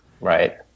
Right